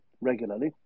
regularly